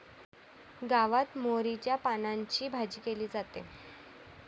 गावात मोहरीच्या पानांची भाजी केली जाते